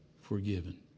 forgiven